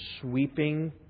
sweeping